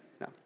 No